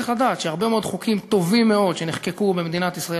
צריך לדעת שהרבה מאוד חוקים טובים מאוד שנחקקו במדינת ישראל